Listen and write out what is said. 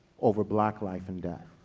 over black life and